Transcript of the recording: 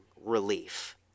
relief